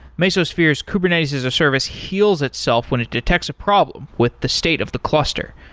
mesosphere's kubernetes-as-a-service heals itself when it detects a problem with the state of the cluster.